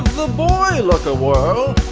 the boy look a whirl